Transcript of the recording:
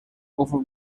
over